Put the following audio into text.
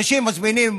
אנשים מזמינים